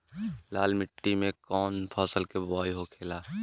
लाल मिट्टी में कौन फसल के बोवाई होखेला?